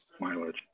mileage